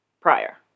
prior